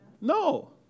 No